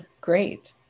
Great